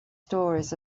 stories